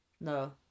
No